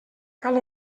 cal